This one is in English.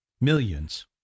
millions